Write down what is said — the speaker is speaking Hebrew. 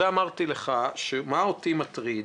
מה אותי מטריד?